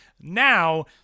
Now